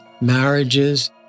marriages